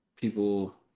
people